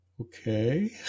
Okay